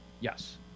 yes